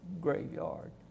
graveyard